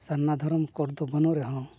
ᱥᱟᱨᱱᱟ ᱫᱷᱚᱨᱚᱢ ᱠᱳᱰ ᱫᱚ ᱵᱟᱹᱱᱩᱜ ᱨᱮᱦᱚᱸ